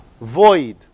void